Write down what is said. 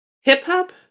Hip-hop